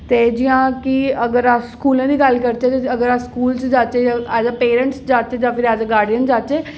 ते जि'यां की अगर अस स्कूलें दी गल्ल करचै ते अगर अस स्कूल च जाचै ते अजकल पेरेंट्स जागतै दे गार्डियन जाह्चै